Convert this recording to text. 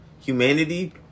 humanity